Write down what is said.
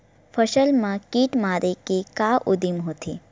फसल मा कीट मारे के का उदिम होथे?